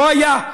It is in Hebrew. לא היה,